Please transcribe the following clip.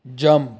jump